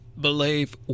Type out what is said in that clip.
believe